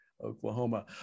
oklahoma